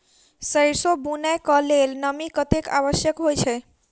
सैरसो बुनय कऽ लेल नमी कतेक आवश्यक होइ छै?